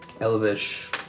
elvish